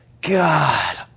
God